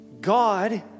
God